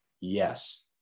Yes